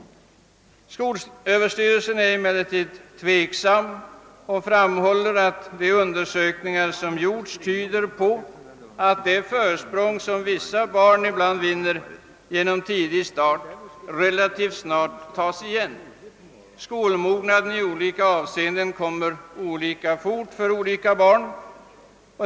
Skolöverstyrelsen är emellertid tvek sam och framhåller fortsättningsvis: »De undersökningar som gjorts tyder för övrigt på att det försprång som vissa barn ibland vinner genom tidig start relativt snart tas igen. Mognaden i olika avseenden kommer olika fort för olika barn.